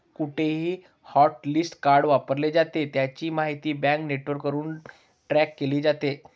कुठेही hotlist card वापरले जाते, त्याची माहिती बँक नेटवर्कवरून ट्रॅक केली जाते